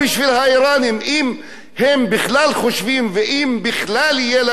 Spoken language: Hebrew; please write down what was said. אם הם בכלל חושבים ואם בכלל תהיה להם פצצת אטום,